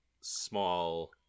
small